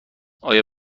آیا